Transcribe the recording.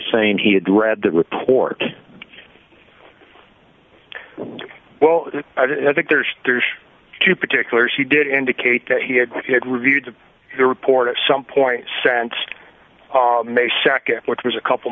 saying he had read the report well i think there's there's two particulars he did indicate that he had he had reviewed the report at some point sent may nd which was a couple